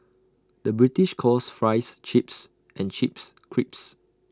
the British calls Fries Chips and Chips Crisps